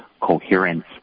coherence